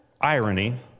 irony